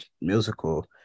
musical